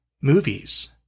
movies